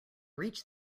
reach